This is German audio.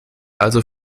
also